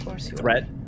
threat